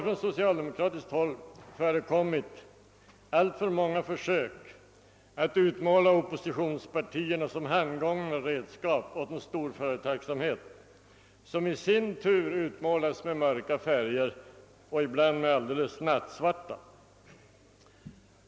Från socialdemokratiskt håll har det förekommit alltför många försök att utmåla oppositionspartierna som handgångna redskap åt storföretagsamheten, vilken i sin tur utmålats i mörka, ibland nattsvarta färger.